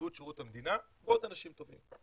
נציבות שירות המדינה ועוד אנשים טובים,